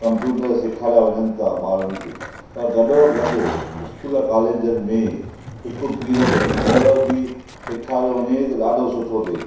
computer सेखारिया वञनि था ॿारनि खे ऐं गॾोगॾु स्कूल कॉलेजनि में हिकु पीरियड हुनर जो बि सेखारियो वञे त ॾाढो सुठो थे